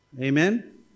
Amen